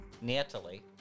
Natalie